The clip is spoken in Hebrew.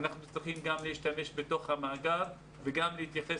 אנחנו צריכים גם להשתמש במאגר וגם להתייחס